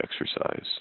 exercise